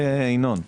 ינון?